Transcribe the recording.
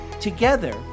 Together